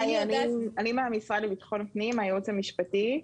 אני מהמשרד לביטחון פנים, מהייעוץ המשפטי.